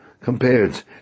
compared